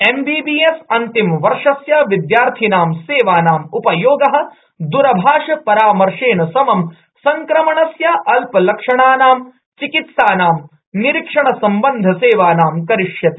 MBBS अंतिम वर्षस्य विद्यार्थिनां सेवानाम उपयोगः द्रभाषपरामर्शन समं सङ्क्रमणस्य अल्पलक्षणानां चिकित्सानां निरीक्षणसम्बन्धसेवानां कृते करिष्यते